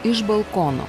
iš balkono